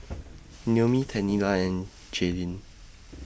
Noemi Tennille and Jaylyn